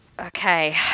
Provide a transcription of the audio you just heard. okay